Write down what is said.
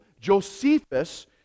Josephus